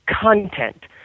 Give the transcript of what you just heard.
content